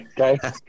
Okay